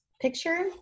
picture